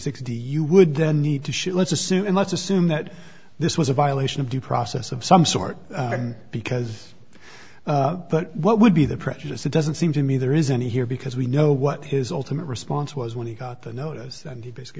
sixty you would then need to shoot let's assume let's assume that this was a violation of due process of some sort because but what would be the prejudice it doesn't seem to me there is any here because we know what his ultimate response was when he got the notice and he basically